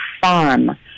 Farm